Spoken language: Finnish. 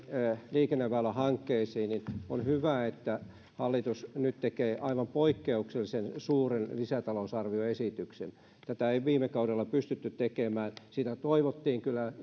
liikenneväylähankkeisiin niin on hyvä että hallitus nyt tekee aivan poikkeuksellisen suuren lisätalousarvioesityksen tätä ei viime kaudella pystytty tekemään sitä toivottiin kyllä